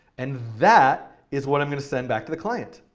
and that is what i'm going to send back to the client.